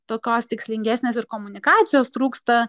tokios tikslingesnės ir komunikacijos trūksta